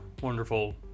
wonderful